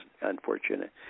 unfortunate